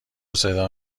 صدا